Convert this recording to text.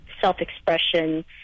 self-expression